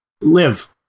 live